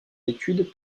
études